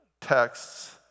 texts